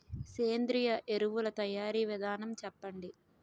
సేంద్రీయ ఎరువుల తయారీ విధానం చెప్పండి?